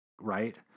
right